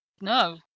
No